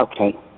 Okay